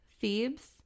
Thebes